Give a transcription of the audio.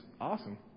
awesome